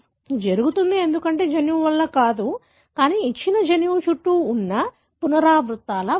ఇది జరుగుతుంది ఎందుకంటే జన్యువు వల్ల కాదు కానీ ఇచ్చిన జన్యువు చుట్టూ ఉన్న పునరావృతాల వల్ల